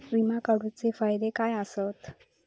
विमा काढूचे फायदे काय आसत?